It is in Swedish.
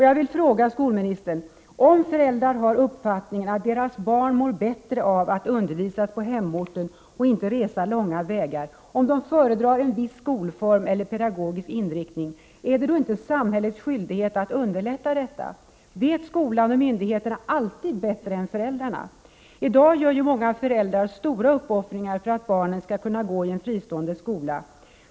Jag vill fråga skolministern: Om föräldrar har uppfattningen att deras barn mår bättre av att undervisas på hemorten och inte resa långa vägar, om de föredrar en viss skolform eller pedagogisk inriktning, är det då inte samhällets skyldighet att underlätta en sådan undervisning? Vet skolan och myndigheterna alltid bättre än föräldrarna? I dag gör många föräldrar stora uppoffringar för att barnen skall kunna gå i en fristående skola.